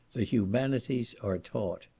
the humanities are taught.